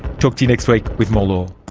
talk to you next week with more law